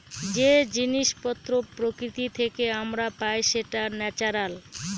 যে জিনিস পত্র প্রকৃতি থেকে আমরা পাই সেটা ন্যাচারাল